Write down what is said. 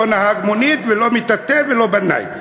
לא נהג מונית ולא מטאטא ולא בנאי.